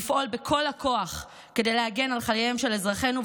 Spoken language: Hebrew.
לפעול בכל הכוח כדי להגן על חייהם של אזרחינו,